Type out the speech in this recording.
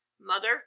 mother